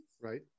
Right